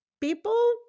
people